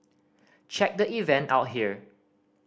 check the event out here